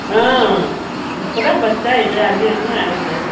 ஆ இப்போ தான் பஸ்ட்டாக இது அஞ்சு வருஷமாக நடக்குது